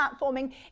platforming